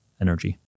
energy